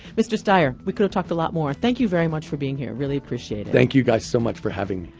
mr. steyer, we could've talked a lot more. thank you very much for being here. really appreciate it. thank you guys so much for having